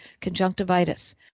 conjunctivitis